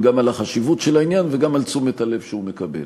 לשיטתכם, אדוני שר הביטחון,